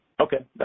Okay